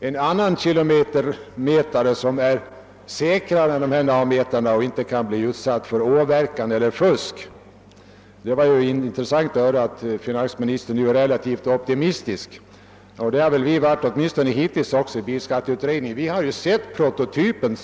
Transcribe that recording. en annan kilometermätare som är säkrare än navmätaren och som inte kan bli utsatt för åverkan eller ge möjligheter till fusk. Det var intressant att höra att finansministern är relativt optimistisk. Det har vi i bilskatteutredningen också varit, åtminstone hittills. Vi har ju sett prototypen.